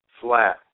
flat